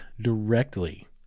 directly